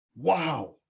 Wow